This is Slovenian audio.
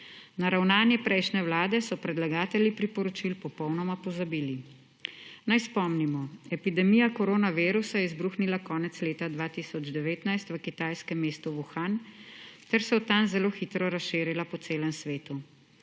Na ravnanje prejšnje vlade so predlagatelji priporočil popolnoma pozabili. Naj spomnimo, epidemija koronavirusa je izbruhnila konec leta 2019 v kitajskem mestu Wuhan, ter se od tam zelo hitro razširila po celem svetu.